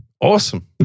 Awesome